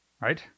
Right